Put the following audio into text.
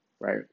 right